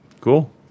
Cool